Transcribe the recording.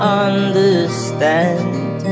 understand